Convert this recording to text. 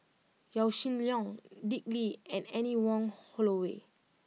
Yaw Shin Leong Dick Lee and Anne Wong Holloway